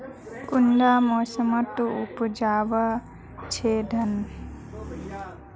कुंडा मोसमोत उपजाम छै धान?